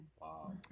Wow